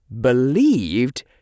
believed